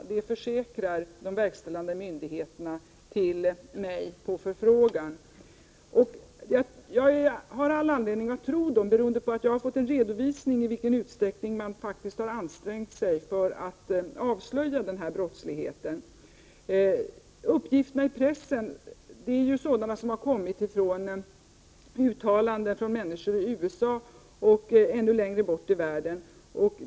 Detta försäkrar mig de verkställande myndigheterna på förfrågan. Jag har all anledning att tro dem, eftersom jag har fått en redovisning för i vilken utsträckning de faktiskt har Prot. 1988/89:22 ansträngt sig för att avslöja denna brottslighet. 11 november 1988 Uppgifterna i pressen härrör från uttalanden av människor i USA ochännu og längre bort i världen.